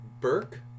Burke